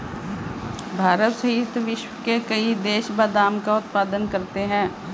भारत सहित विश्व के कई देश बादाम का उत्पादन करते हैं